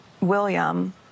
William